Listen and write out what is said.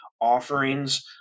offerings